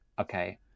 okay